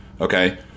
okay